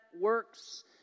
works